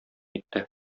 итте